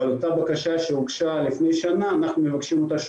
הגשנו את אותה בקשה שהוגשה לפני שנה שוב,